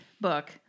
book